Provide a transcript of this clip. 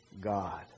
God